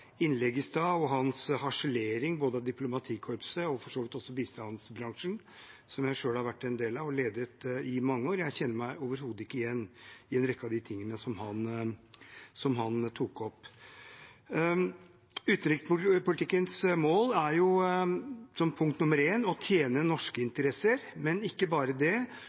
og hans harselering både av diplomatkorpset og for så vidt også bistandsbransjen, som jeg selv har vært en del av og ledet i mange år. Jeg kjenner meg overhodet ikke igjen i en rekke av de tingene som han tok opp. Utenrikspolitikkens mål er jo som punkt nummer én å tjene norske interesser, men ikke bare det;